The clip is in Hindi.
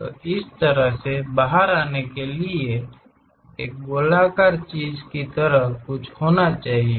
तो इस तरह से बाहर आने के लिए एक गोलाकार चीज की तरह कुछ होना चाहिए